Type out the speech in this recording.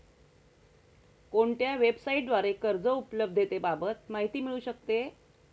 कोणत्या वेबसाईटद्वारे कर्ज उपलब्धतेबाबत माहिती मिळू शकते?